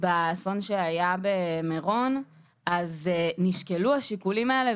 שבאסון במירון נשקלו השיקולים האלה,